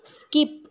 skip